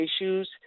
issues